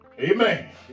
Amen